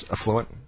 affluent